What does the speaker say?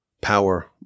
power